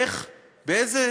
ובאיזו